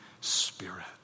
Spirit